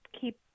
keep